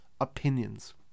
opinions